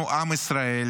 אנחנו עם ישראל,